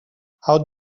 how